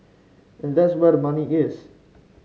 and that's where the money is